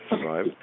survive